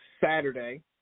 Saturday